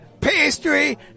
pastry